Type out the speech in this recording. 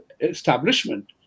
establishment